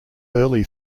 early